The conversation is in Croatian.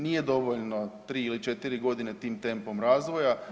Nije dovoljno 3 ili 4 godine tim tempom razvoja.